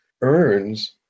earns